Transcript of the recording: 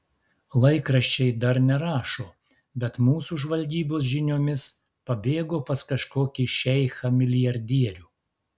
laikraščiai dar nerašo bet mūsų žvalgybos žiniomis pabėgo pas kažkokį šeichą milijardierių